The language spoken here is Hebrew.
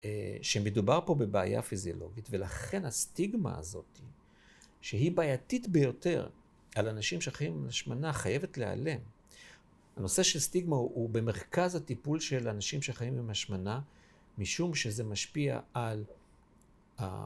שמדובר פה בבעיה פיזיולוגית, ולכן הסטיגמה הזאת, שהיא בעייתית ביותר על אנשים שחיים עם השמנה, חייבת להיעלם. הנושא של סטיגמה הוא במרכז הטיפול של אנשים שחיים עם השמנה, משום שזה משפיע על...